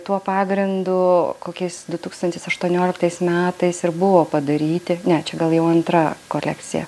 tuo pagrindu kokiais dutūkstantis aštuonioliktais metais ir buvo padaryti ne čia gal jau antra kolekcija